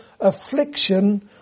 affliction